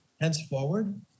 henceforward